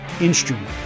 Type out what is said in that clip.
instrument